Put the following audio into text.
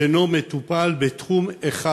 אינו מטופל בתחום אחד,